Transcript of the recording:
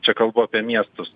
čia kalbu apie miestus